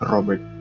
Robert